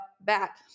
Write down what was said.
back